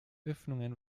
öffnungen